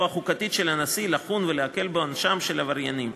החוקתית של הנשיא לחון ולהקל בעונשם של עבריינים.